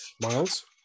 Miles